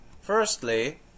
firstly